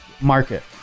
market